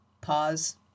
pause